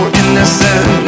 innocent